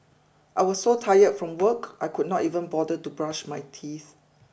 I was so tired from work I could not even bother to brush my teeth